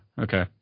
Okay